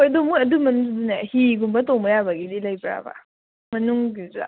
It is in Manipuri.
ꯍꯣꯏ ꯑꯗꯨ ꯃꯣꯏ ꯑꯗꯨ ꯃꯅꯨꯡꯗꯅꯦ ꯍꯤꯒꯨꯝꯕ ꯇꯣꯡꯕ ꯌꯥꯕꯒꯤꯗꯤ ꯂꯩꯕ꯭ꯔꯥꯕ ꯃꯅꯨꯡꯒꯤꯗꯨꯗ